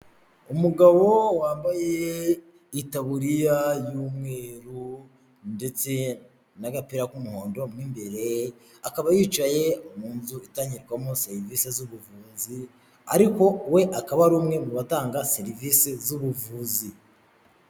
Umugabo wambaye itaburiya y'umweru ndetse n'agapira k'umuhondo mu imbere, akaba yicaye mu nzu itanyurwamo serivisi z'ubuvuzi, ariko we akaba ari umwe mu batanga serivisi z'ubuvuzi.